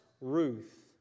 Ruth